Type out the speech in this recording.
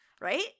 Right